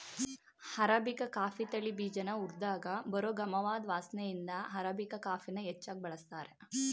arabica coffee ತಳಿ ಬೀಜನ ಹುರ್ದಾಗ ಬರೋ ಗಮವಾದ್ ವಾಸ್ನೆಇಂದ ಅರಾಬಿಕಾ ಕಾಫಿನ ಹೆಚ್ಚಾಗ್ ಬಳಸ್ತಾರೆ